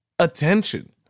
attention